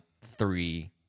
three